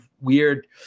weird